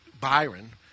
byron